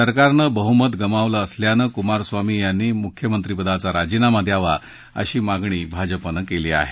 सरकारनं बहुमत गमावलं असल्यानं कुमारस्वामी यांनी मुख्यमंत्रीपदाचा राजीनामा द्यावा अशी मागणी भाजपानं केली आहे